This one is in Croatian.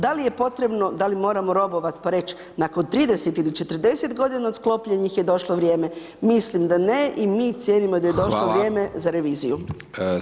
Da li je potrebno, da li moramo robovat pa reć, nakon 30 ili 40 godina od sklopljenih je došlo vrijeme, mislim da ne i mi cijenimo da je došlo [[Upadica: Hvala.]] vrijeme za reviziju.